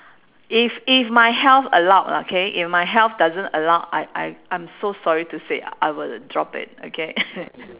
if if my health allowed lah K if my health doesn't allowed I I I'm so sorry to say I will drop it okay